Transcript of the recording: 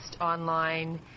online